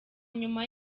nyuma